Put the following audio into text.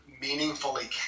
meaningfully